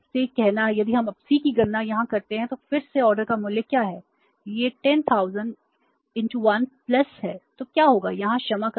से कहना है यदि आप C की गणना यहां करते हैं तो फिर से ऑर्डर का मूल्य क्या है यह 1०००० 1 है तो क्या होगा यहां क्षमा करें